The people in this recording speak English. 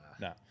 no